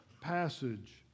passage